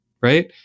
right